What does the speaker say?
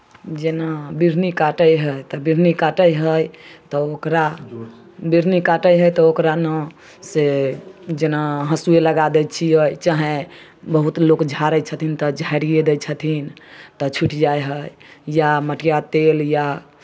जेना बिढ़नी काटै हइ तऽ बिढ़नी काटै हइ तऽ ओकरा बिढ़नी काटै हइ तऽ ओकरा ने से जेना हँसुए लगा दै छियै चाहे बहुत लोक झाड़ै छथिन तऽ झारिए दै छथिन तऽ छुटि जाइ हइ या मटिया तेल या